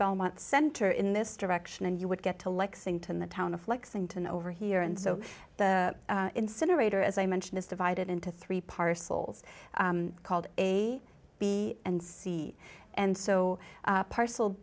belmont center in this direction and you would get to lexington the town of lexington over here and so the incinerator as i mentioned is divided into three parcels called a b and c and so parcel